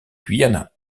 guyana